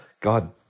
God